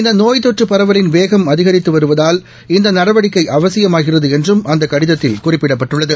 இந்த நோய் தொற்று பரவலின் வேகம் அதிகித்து வருவதால் இந்த நடவடிக்கை அவசியமாகிறது என்றும் அந்த கடிதத்தில் குறிப்பிடப்பட்டுள்ளது